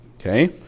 okay